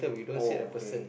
oh okay